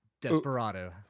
Desperado